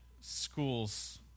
schools